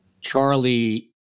Charlie